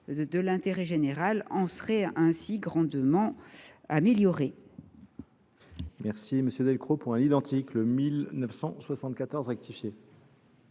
de l’intérêt général, en serait ainsi grandement amélioré.